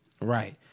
Right